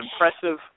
impressive